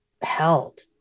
held